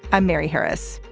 i'm mary harris.